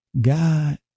God